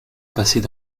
passait